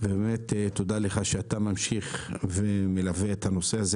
ותודה לך שאתה ממשיך ומלווה את הנושא הזה